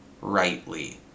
rightly